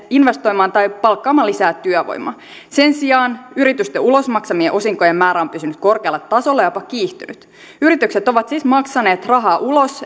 investoimaan tai palkkaamaan lisää työvoimaa sen sijaan yritysten ulos maksamien osinkojen määrä on pysynyt korkealla tasolla jopa kiihtynyt yritykset ovat siis maksaneet rahaa ulos